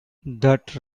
that